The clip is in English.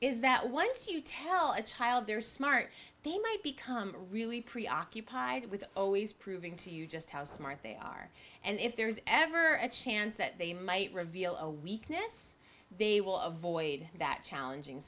is that once you tell a child they're smart they might become really preoccupied with always proving to you just how smart they are and if there's ever a chance that they might reveal a weakness they will avoid that challenging